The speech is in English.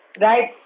Right